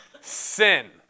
sin